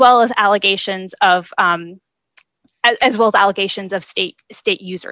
well as allegations of as well the allegations of state state us